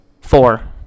Four